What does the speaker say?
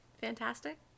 Fantastic